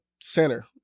Center